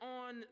on